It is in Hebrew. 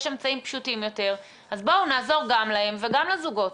אמצעים פשוטים יותר אז בוא נעזור גם להם וגם לזוגות.